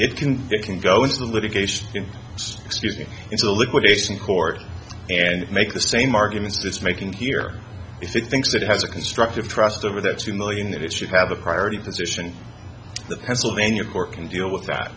it can they can go into litigation excuse me into liquidation court and make the same arguments that's making here if it thinks it has a constructive trust over the two million that it should have a priority position the pennsylvania court can deal with that